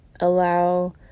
allow